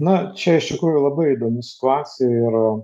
na čia iš tikrųjų labai įdomus klasė ir